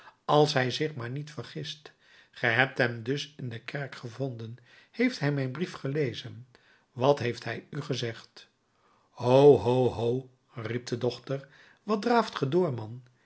als hij zich maar niet vergist ge hebt hem dus in de kerk gevonden heeft hij mijn brief gelezen wat heeft hij u gezegd ho ho ho riep de dochter wat draaft ge door man